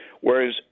whereas